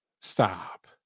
Stop